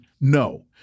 no